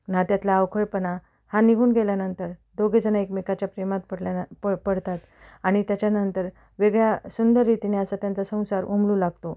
नात्यातला अवखळपणा हा निघून गेल्यानंतर दोघेजणं एकमेकाच्या प्रेमात पडल्यान प पडतात आणि त्याच्यानंतर वेगळ्या सुंदर रीतीने असा त्यांचा संसार उमलू लागतो